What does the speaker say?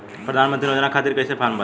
प्रधानमंत्री योजना खातिर कैसे फार्म भराई?